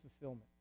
fulfillment